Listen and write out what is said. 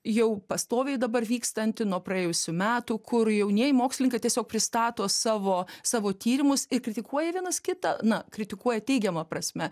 jau pastoviai dabar vykstanti nuo praėjusių metų kur jaunieji mokslininkai tiesiog pristato savo savo tyrimus ir kritikuoja vienas kitą na kritikuoja teigiama prasme